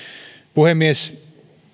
puhemies